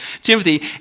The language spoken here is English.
Timothy